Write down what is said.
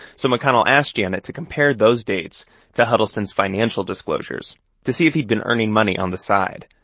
so mcconnell asked janet to compare those dates to huddleston's financial disclosures to see if he'd been earning money on the side,